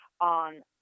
on